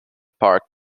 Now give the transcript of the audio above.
park